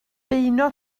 beuno